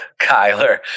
Kyler